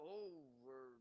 over